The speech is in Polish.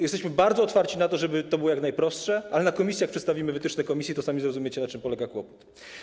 Jesteśmy bardzo otwarci na to, żeby to było jak najprostsze, ale gdy na posiedzeniu komisji przedstawimy wytyczne Komisji, to sami zrozumiecie, na czym polega kłopot.